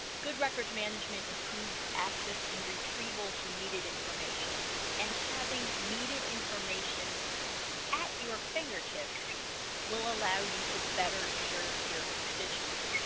good records management improves access and retrieval retrieval to needed information and having needed information at your fingertips will allow you to better serve your constituents